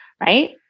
right